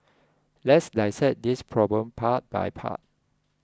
let's dissect this problem part by part